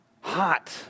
hot